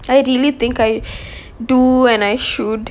I really think I do and I should